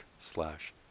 slash